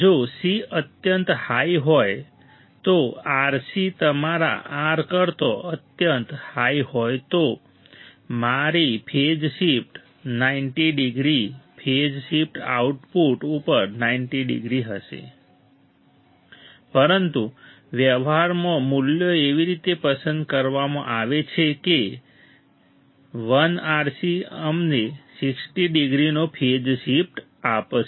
જો c અત્યંત high હોય તો RC તમારા R કરતાં અત્યંત હાઈ હોય તો મારી phase shift 90 degree phase shift output ઉપર 90 ડિગ્રી હશે પરંતુ વ્યવહારમાં મૂલ્યો એવી રીતે પસંદ કરવામાં આવે છે કે 1 RC અમને 60 ડિગ્રીનો ફેઝ શિફ્ટ આપશે